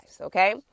okay